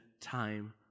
time